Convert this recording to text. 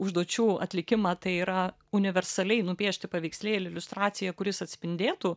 užduočių atlikimą tai yra universaliai nupiešti paveikslėlį iliustraciją kuris atspindėtų